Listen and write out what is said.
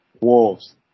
Wolves